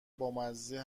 بامزه